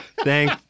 thank